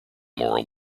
moral